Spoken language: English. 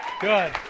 Good